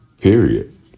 Period